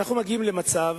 אנו מגיעים למצב